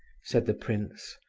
said the prince,